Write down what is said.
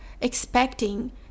expecting